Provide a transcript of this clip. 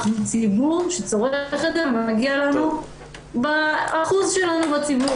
אנחנו ציבור שצורך את זה ומגיע לנו באחוז שלנו בציבור,